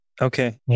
Okay